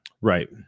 Right